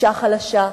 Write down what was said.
אשה חלשה,